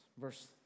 Verse